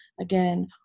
Again